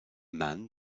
man